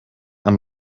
amb